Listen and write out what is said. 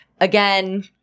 Again